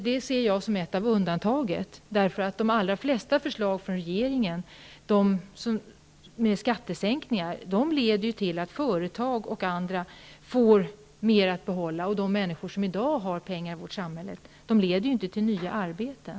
Det ser jag som ett av undantagen, därför att de allra flesta av regeringens förslag till skattesänkningar leder till att företag och de människor som redan har mycket pengar får mer att behålla. De leder inte till nya arbeten.